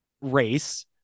race